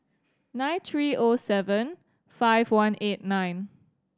nine three O seven five one eight nine